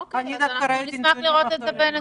אוקיי, נשמח לראות את זה בנתונים.